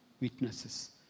witnesses